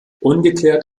ungeklärt